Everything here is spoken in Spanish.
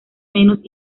menos